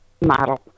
model